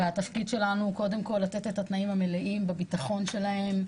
והתפקיד שלנו הוא קודם כל לתת להם את התנאים המלאים בביטחון שלהם,